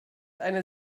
einer